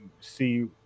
see